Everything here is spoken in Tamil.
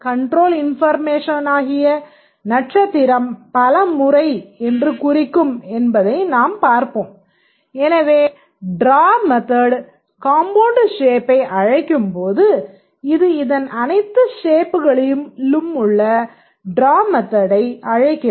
கண்ட்ரோல் இன்பார்மேஷனாகிய நட்சத்திரம் அழைக்கும்போது இது இதன் அனைத்து ஷேப்புகளிலுமுள்ள ட்ரா மெத்தடை அழைக்கிறது